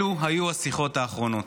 אלו היו השיחות האחרונות.